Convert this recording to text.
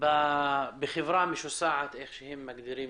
בחברה משוסעת, או איך שמגדירים